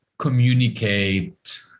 Communicate